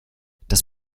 das